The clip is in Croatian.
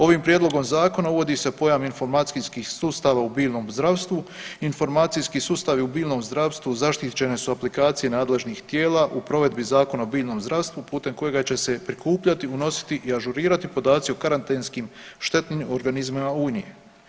Ovim prijedlogom zakona uvodi se pojam informacijskih sustava u biljnom zdravstvu, informacijski sustavi u biljnom zdravstvu zaštićene su aplikacije nadležnih tijela u provedbi Zakona o biljnom zdravstvu putem kojega će se prikupljati, unositi i ažurirati podaci o karantenskim štetnim organizmima u Uniji.